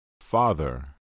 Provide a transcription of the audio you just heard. father